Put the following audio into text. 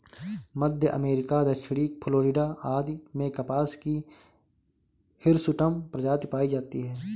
मध्य America, दक्षिणी Florida आदि में कपास की हिर्सुटम प्रजाति पाई जाती है